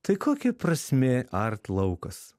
tai kokia prasmė art laukas